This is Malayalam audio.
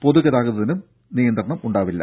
പൊതു ഗതാഗതത്തിനും നിയന്ത്രണം ഉണ്ടാകില്ല